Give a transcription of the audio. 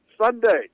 Sunday